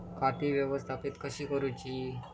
खाती व्यवस्थापित कशी करूची?